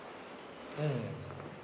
mm